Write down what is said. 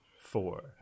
four